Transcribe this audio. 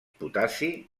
potassi